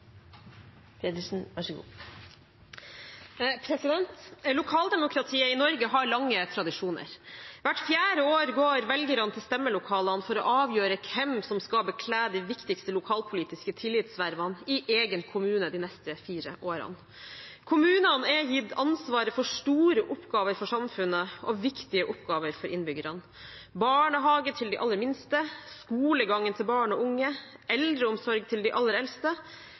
Lokaldemokratiet i Norge har lange tradisjoner. Hvert fjerde år går velgerne til stemmelokalene for å avgjøre hvem som skal bekle de viktigste lokalpolitiske tillitsvervene i egen kommune de neste fire årene. Kommunene er gitt ansvaret for store oppgaver for samfunnet og viktige oppgaver for innbyggerne: barnehage til de aller minste, skolegangen til barn og unge, eldreomsorg til de aller eldste